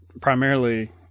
primarily